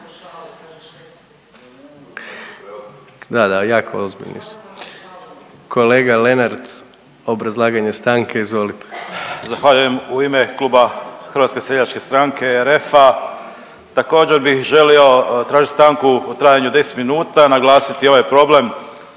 Da, da, jako ozbiljni su. Kolega Lenart, obrazlaganje stanke, izvolite. **Lenart, Željko (HSS)** Zahvaljujem. U ime Kluba HSS i RF-a također bih želio tražit stanku u trajanju od 10 minuta i naglasiti ovaj problem